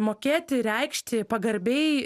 mokėti reikšti pagarbiai